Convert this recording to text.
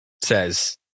says